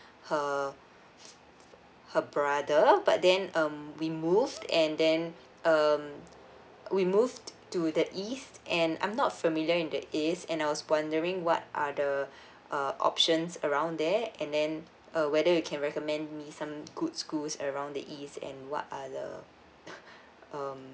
her her brother but then um we moved and then um we moved to the east and I'm not familiar in the east and I was wondering what are the uh options around there and then err whether you can recommend me some good schools around the east and what are the um